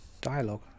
dialogue